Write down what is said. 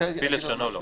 על פי לשונו לא.